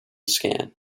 scan